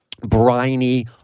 briny